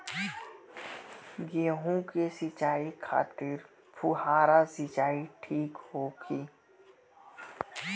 गेहूँ के सिंचाई खातिर फुहारा सिंचाई ठीक होखि?